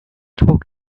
talk